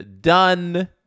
done